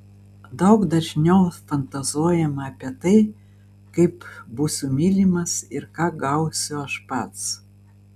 daug dažniau fantazuojama apie tai kaip būsiu mylimas ir ką gausiu aš pats